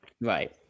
Right